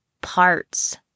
parts